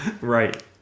right